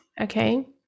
okay